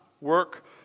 work